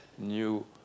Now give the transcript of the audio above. New